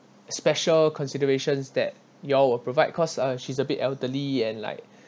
special considerations that you all will provide cause uh she's a bit elderly and like